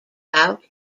out